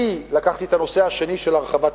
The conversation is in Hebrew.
אני לקחתי את הנושא השני, של הרחבה תקציבית,